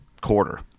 quarter